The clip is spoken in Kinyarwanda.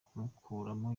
kumukuramo